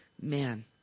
man